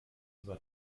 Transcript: war